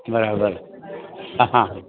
બરાબર હા હા